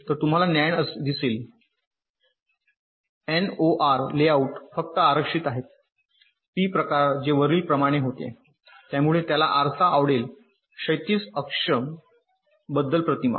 तर तुम्हाला नॅन्ड दिसेल आणि एनओआर लेआउट फक्त आरक्षित आहेत पी प्रकार जे वरील प्रमाणे होते त्यामुळे त्याला आरसा आवडेल क्षैतिज अक्ष बद्दल प्रतिमा